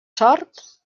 sort